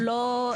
כן, כן, נו.